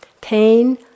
Pain